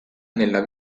nella